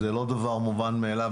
זהו לא דבר מובן מאליו.